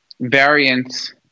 variants